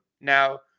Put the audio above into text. Now